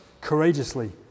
courageously